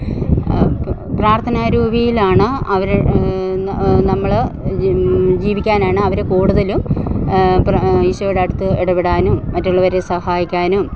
പ്രാർത്ഥന രുവിലാണ് അവർ നമ്മൾ ജീവിക്കാനാണ് അവർ കൂടുതലും ഈശോയുടെ അടുത്ത് ഇടപെടാനും മറ്റുള്ളവരെ സഹായിക്കാനും